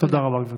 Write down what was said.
תודה רבה, גברתי.